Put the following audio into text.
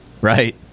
Right